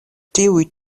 tiuj